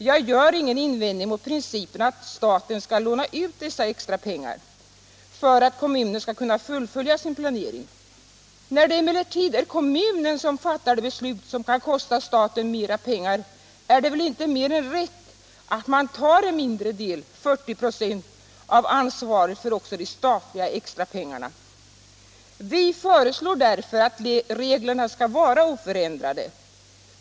Jag gör ingen invändning mot principen att staten skall låna ut dessa extra pengar för att kommunen skall kunna fullfölja sin planering. När det emellertid är kommunen som fattar det beslut som kan kosta staten mera pengar är det väl inte mer än rätt att man tar en mindre del — 40 96 — av ansvaret för också de statliga extra pengarna. Vi föreslår därför att reglerna skall vara oförändrade.